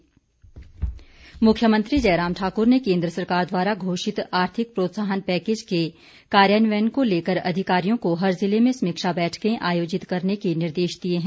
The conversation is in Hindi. जयराम मुख्यमंत्री जयराम ठाकुर ने केन्द्र सरकार द्वारा घोषित आर्थिक प्रोत्साहन पैकेज के कार्यान्वयन को लेकर अधिकारियों को हर ज़िले में समीक्षा बैठकें आयोजित करने के निर्देश दिए हैं